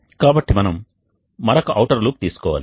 కాబట్టి మనము మరొక ఔటర్ లూప్ తీసుకోవాలి